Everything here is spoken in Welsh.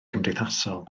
cymdeithasol